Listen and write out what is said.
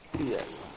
Yes